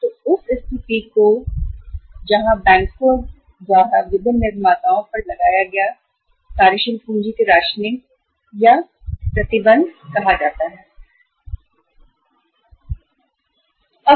तो उस स्थिति को कार्यशील पूंजी के राशनिंग या प्रतिबंध कहा जाता है बैंकों द्वारा विभिन्न निर्माताओं पर लगाया गया हैं